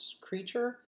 Creature